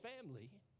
family